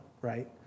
right